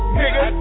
nigga